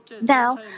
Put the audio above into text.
Now